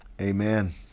Amen